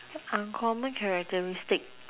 uncommon characteristic